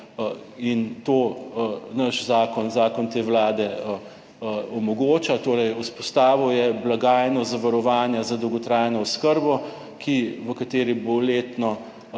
in to naš zakon, zakon te Vlade omogoča; torej vzpostavil je blagajno zavarovanja za dolgotrajno oskrbo v kateri bo letno